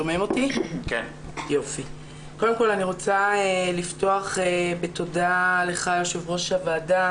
קודם כל אני רוצה לפתוח בתודה ליושב-ראש הוועדה.